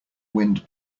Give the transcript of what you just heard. wind